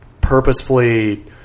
purposefully